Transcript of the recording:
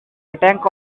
attack